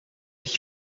dat